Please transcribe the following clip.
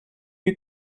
eut